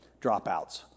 dropouts